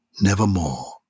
nevermore